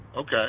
Okay